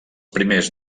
primers